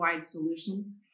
solutions